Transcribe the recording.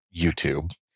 YouTube